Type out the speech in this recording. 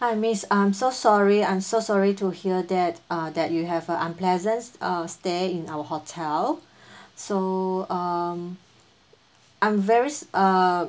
hi miss I'm so sorry I'm so sorry to hear that uh that you have a unpleasant st~ uh stay in our hotel so um I'm very s~ uh